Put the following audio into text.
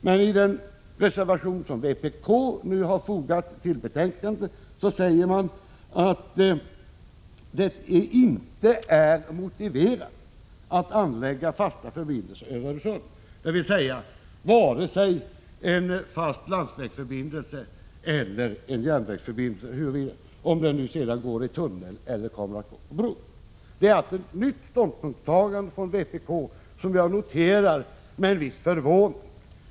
Men i den reservation som vpk nu har fogat till betänkandet säger man att det inte är motiverat att anlägga fasta förbindelser över Öresund, dvs. varken en fast landsvägsförbindelse eller en järnvägsförbindelse, i tunnel eller på bro. Det är alltså ett nytt ståndpunktstagande från vpk, vilket jag noterar med en viss förvåning.